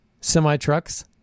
semi-trucks